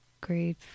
grade